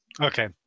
Okay